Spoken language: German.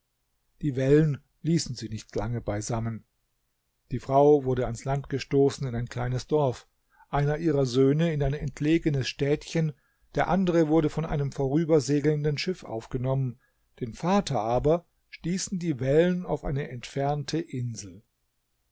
die wellen ließen sie nicht lange beisammen die frau wurde ans land gestoßen in ein kleines dorf einer ihrer söhne in ein entlegenes städtchen der andere wurde von einem vorübersegelnden schiff aufgenommen den vater aber stießen die wellen auf eine entfernte insel